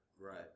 Right